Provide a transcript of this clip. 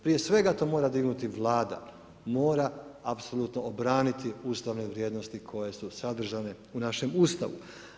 Prije svega, to mora dignuti Vlada, mora apsolutno obraniti ustavne vrijednosti koje su sadržane u našem Ustavu.